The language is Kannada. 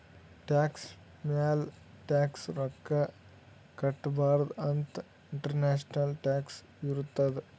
ಟ್ಯಾಕ್ಸ್ ಮ್ಯಾಲ ಟ್ಯಾಕ್ಸ್ ರೊಕ್ಕಾ ಕಟ್ಟಬಾರ್ದ ಅಂತ್ ಇಂಟರ್ನ್ಯಾಷನಲ್ ಟ್ಯಾಕ್ಸ್ ಇರ್ತುದ್